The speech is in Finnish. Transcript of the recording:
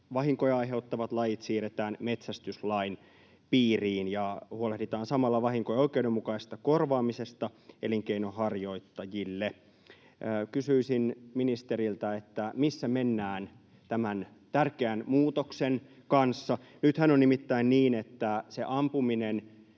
vahinkoja aiheuttavat lajit — siirretään metsästyslain piiriin ja huolehditaan samalla vahinkojen oikeudenmukaisesta korvaamisesta elinkeinonharjoittajille. Kysyisin ministeriltä, että missä mennään tämän tärkeän muutoksen kanssa. Nythän on nimittäin niin, että sillä ampumisella